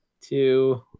two